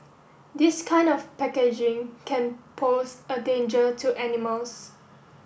this kind of packaging can pose a danger to animals